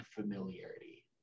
familiarity